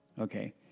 Okay